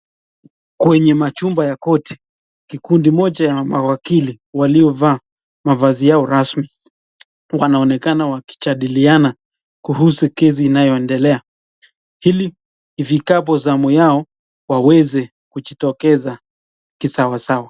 Kwenye machumba ya koti, kikundi moja ya mawakili waliovaa, mavazi yao rasmi, wanaonekana wakijadiliana kuhusu kesi inayoendelea, ili ifikipo zamu yao waweze kujitokeza kisawasawa.